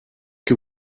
que